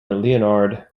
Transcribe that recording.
leonard